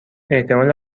احتمال